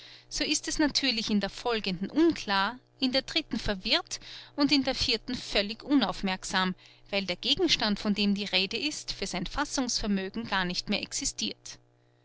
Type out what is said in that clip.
so ist es natürlich in der folgenden unklar in der dritten verwirrt und in der vierten völlig unaufmerksam weil der gegenstand von dem die rede ist für sein fassungsvermögen gar nicht mehr existirt